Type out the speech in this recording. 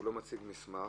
והוא לא מציג מסמך,